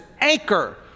anchor